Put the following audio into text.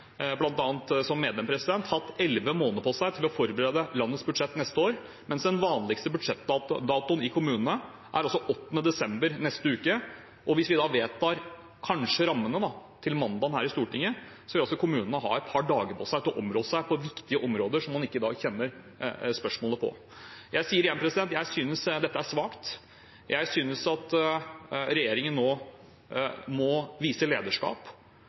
som medlem, hatt elleve måneder på seg til å forberede landets budsjett neste år, mens den vanligste budsjettdatoen i kommunene altså er 8. desember, neste uke. Hvis vi vedtar rammene, kanskje, på mandag 5. desember her i Stortinget, vil altså kommunene ha et par dager til å områ seg på viktige områder, der man ikke kjenner spørsmålene. Jeg sier igjen at jeg synes dette er svakt. Jeg synes at regjeringen nå må vise lederskap